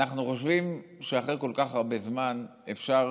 אנחנו חושבים שאחרי כל כך הרבה זמן אפשר